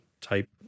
type